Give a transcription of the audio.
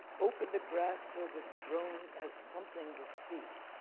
open the grass so the drone has something to see.